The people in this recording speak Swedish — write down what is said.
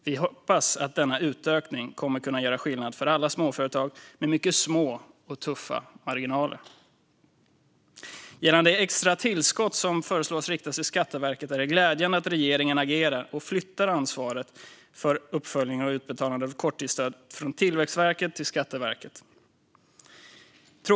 Vi hoppas att denna utökning kommer att kunna göra skillnad för alla småföretag med mycket små och tuffa marginaler. Gällande det extra tillskott som föreslås riktas till Skatteverket är det glädjande att regeringen agerar och flyttar ansvaret för uppföljningen och utbetalandet av korttidsstöd från Tillväxtverket till Skatteverket.